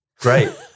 Great